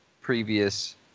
previous